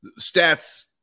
stats